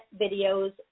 videos